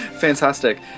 Fantastic